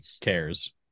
cares